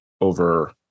over